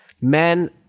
men